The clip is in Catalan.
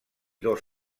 dos